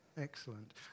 excellent